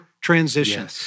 transition